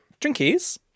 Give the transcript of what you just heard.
Drinkies